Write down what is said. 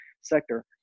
sector